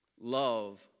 Love